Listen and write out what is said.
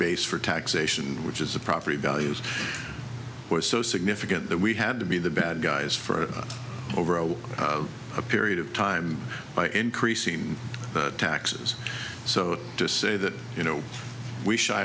base for taxation which is the property values was so significant that we had to be the bad guys for over a period of time by increasing taxes so to say that you know we shy